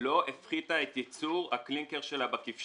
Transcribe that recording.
לא הפחיתה את ייצור הקלינקר שלה בכבשן.